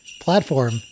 platform